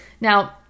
Now